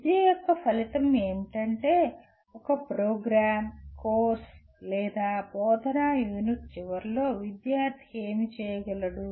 విద్య యొక్క ఫలితం ఏమిటంటే ఒక ప్రోగ్రామ్ కోర్సు లేదా బోధనా యూనిట్ చివరిలో విద్యార్థి ఏమి చేయగలడు